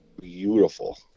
Beautiful